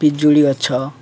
ପିଜୁଳି ଗଛ